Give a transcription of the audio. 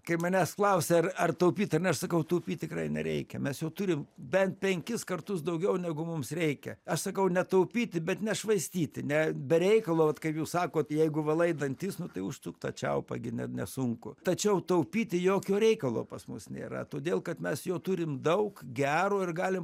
kai manęs klausia ar ar taupyt ar ne aš sakau taupyt tikrai nereikia mes jo turim bent penkis kartus daugiau negu mums reikia aš sakau ne taupyti bet nešvaistyti ne be reikalo vat kaip jūs sakot jeigu valai dantis nu tai užsuk tą čiaupą gi ne nesunku tačiau taupyti jokio reikalo pas mus nėra todėl kad mes jo turim daug gero ir galim